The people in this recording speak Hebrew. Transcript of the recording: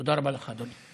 תודה רבה לך, אדוני.